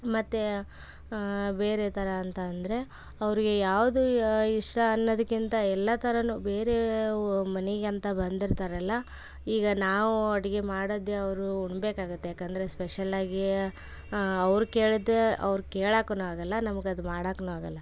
ಮತ್ತು ಬೇರೆ ಥರ ಅಂತಂದರೆ ಅವ್ರಿಗೆ ಯಾವುದೇ ಇಷ್ಟ ಅನ್ನೋದಕ್ಕಿಂತ ಎಲ್ಲ ಥರನೂ ಬೇರೆ ಮನೆಗೆ ಅಂತ ಬಂದಿರ್ತಾರಲ್ವ ಈಗ ನಾವು ಅಡುಗೆ ಮಾಡೋದೇ ಅವರು ಉಣ್ಣಬೇಕಾಗತ್ತೆ ಏಕಂದ್ರೆ ಸ್ಪೆಷಲ್ಲಾಗಿ ಅವ್ರು ಕೇಳಿದ್ದೇ ಅವ್ರು ಕೇಳಕ್ಕು ಆಗೋಲ್ಲ ನಮ್ಗೆ ಅದು ಮಾಡಕ್ಕು ಆಗೋಲ್ಲ